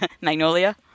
Magnolia